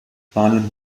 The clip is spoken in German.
spanien